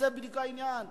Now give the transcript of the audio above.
הרי זה בדיוק העניין.